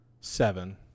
seven